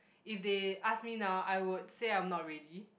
if they ask me now I would say I'm not ready